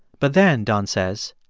but then, don says,